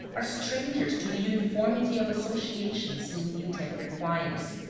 are strangers to the uniformity of association seen in temperate climes.